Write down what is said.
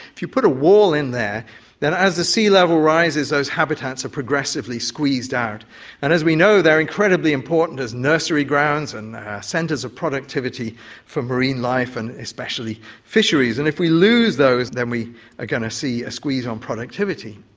if you put a wall in there as the sea level rises those habitats are progressively squeezed out. and as we know they are incredibly important as nursery grounds and centres of productivity for marine life and especially fisheries. and if we lose those then we are going to see a squeeze on productivity.